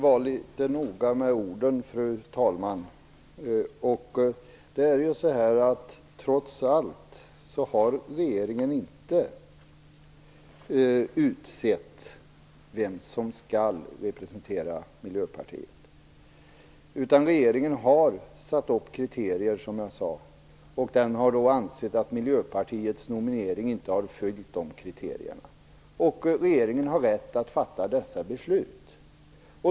Fru talman! Man måste vara litet noga med orden. Trots allt har regeringen inte utsett vem som skall representera Miljöpartiet, utan regeringen har, som jag sade, satt upp kriterier och ansett att Miljöpartiets nominering inte har fyllt de kriterierna. Regeringen har rätt att fatta detta beslut.